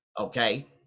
okay